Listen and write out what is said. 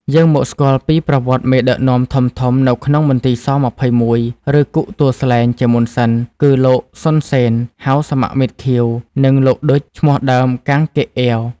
យើងមកស្គាល់ពីប្រវត្ដិមេដឹកនាំធំៗ នៅក្នុង មន្ទីរ ស-២១ ឬគុកទួលស្លែង ជាមុនសិន គឺ លោក សុន សេន (ហៅសមមិត្តខៀវ) និង លោក ឌុច (ឈ្មោះដើម កាំង ហ្កេកអ៊ាវ)។